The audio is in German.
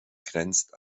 grenzt